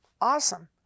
Awesome